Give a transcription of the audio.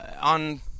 on